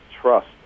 trust